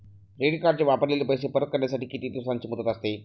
Credit कार्डचे वापरलेले पैसे परत भरण्यासाठी किती दिवसांची मुदत असते?